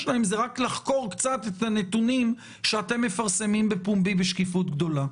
להם זה רק לחקור קצת את הנתונים שאתם מפרסמים בפומבי בשקיפות גדולה.